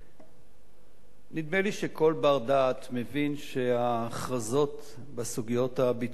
נדמה לי שכל בר-דעת מבין שההכרזות בסוגיות הביטחוניות